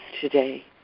today